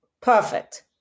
perfect